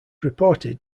reported